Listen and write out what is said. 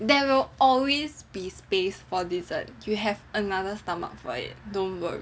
there will always be space for dessert you have another stomach for it don't worry